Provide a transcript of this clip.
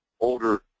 older